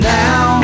now